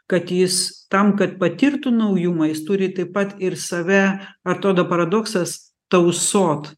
kad jis tam kad patirtų naujumą jis turi taip pat ir save atrodo paradoksas tausot